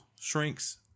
shrinks